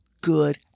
good